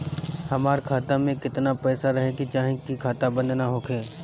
हमार खाता मे केतना पैसा रहे के चाहीं की खाता बंद ना होखे?